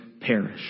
perish